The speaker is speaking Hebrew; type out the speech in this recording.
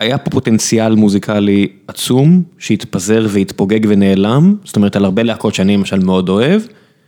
היה פה פוטנציאל מוזיקלי עצום, שהתפזר והתפוגג ונעלם, זאת אומרת על הרבה להקות שאני למשל מאוד אוהב.